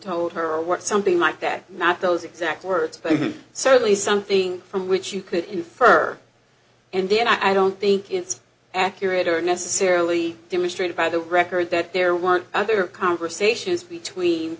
told her what something like that not those exact words but certainly something from which you could infer and then i don't think it's accurate or necessarily demonstrated by the record that there were other conversations between